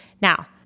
Now